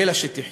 בלה שתחיה,